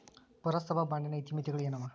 ಪುರಸಭಾ ಬಾಂಡಿನ ಇತಿಮಿತಿಗಳು ಏನವ?